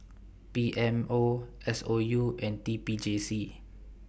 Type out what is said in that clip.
P M O S O U and T P J C